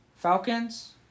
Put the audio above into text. Falcons